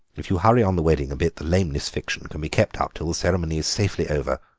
if you hurry on the wedding a bit the lameness fiction can be kept up till the ceremony is safely over.